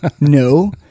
no